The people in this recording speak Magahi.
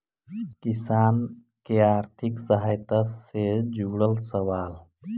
किसान के आर्थिक सहायता से जुड़ल सवाल?